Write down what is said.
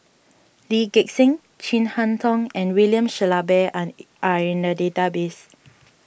Lee Gek Seng Chin Harn Tong and William Shellabear are are in the database